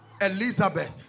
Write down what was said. Elizabeth